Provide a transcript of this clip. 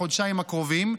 בחודשיים הקרובים,